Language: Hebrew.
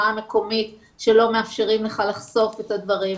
המקומית שלא מאפשרים לך לחשוף את הדברים,